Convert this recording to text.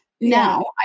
Now